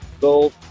Gold